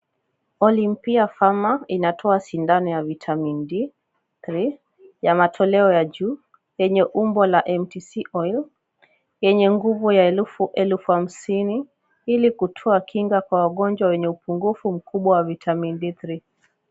Olimpia pharma inatoa sindano ya vitamin D3 ya matoleo ya juu yenye umbo la MTC oil yenye nguvu ya elfu hamsini ili kutoa kinga kwa wagonjwa wenye upungufu mkubwa wa vitamin D3 .